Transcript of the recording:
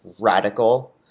radical